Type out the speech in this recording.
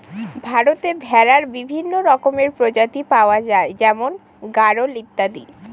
ভারতে ভেড়ার বিভিন্ন রকমের প্রজাতি পাওয়া যায় যেমন গাড়োল ইত্যাদি